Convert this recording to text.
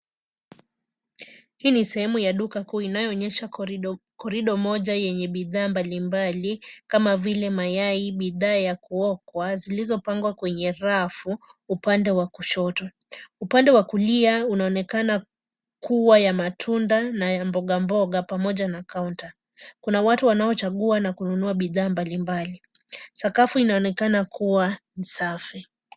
Hii ni sehemu ya duka kuu inayoonyesha korido moja yenye bidhaa mbalimbali, kama vile mayai, bidhaa ya kuokwa, zilizopangwa kwenye rafu, upande wa kushoto. Upande wa kulia unaonekana kuwa ya matunda na ya mboga mboga, pamoja na kaunta. Kuna watu wanaochagua na kununua bidhaa mbalimbali. Sakafu inaonekana kuwa safi.